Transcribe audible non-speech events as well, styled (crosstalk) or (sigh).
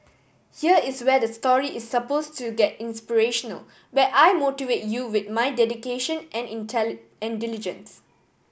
here is where the story is suppose to get inspirational where I motivate you with my dedication and (unintelligible) and diligence